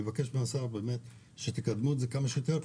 אני מבקש מהשר שתקדמו את זה כמה שיותר.